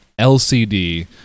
LCD